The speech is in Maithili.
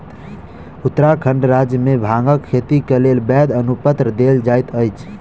उत्तराखंड राज्य मे भांगक खेती के लेल वैध अनुपत्र देल जाइत अछि